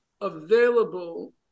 available